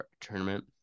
tournament